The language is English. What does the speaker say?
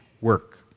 work